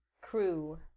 crew